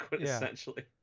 essentially